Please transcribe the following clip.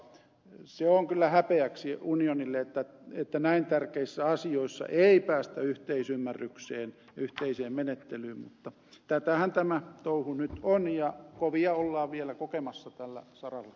se on kyllä häpeäksi unionille että näin tärkeissä asioissa ei päästä yhteisymmärrykseen ja yhteiseen menettelyyn mutta tätähän tämä touhu nyt on ja kovia ollaan vielä kokemassa tällä saralla